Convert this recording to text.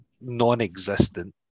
non-existent